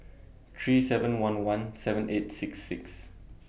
three seven one one seven eight six six